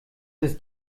ist